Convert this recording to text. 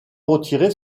retirer